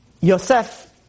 Yosef